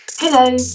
Hello